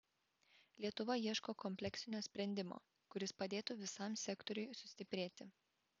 lietuva ieško kompleksinio sprendimo kuris padėtų visam sektoriui sustiprėti